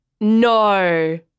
No